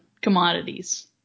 commodities